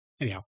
Anyhow